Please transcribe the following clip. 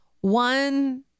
one